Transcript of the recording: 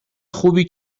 خوبی